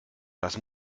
das